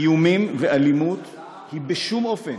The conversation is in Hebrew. איומים ואלימות אינם, בשום אופן,